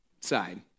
side